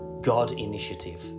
God-initiative